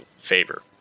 favor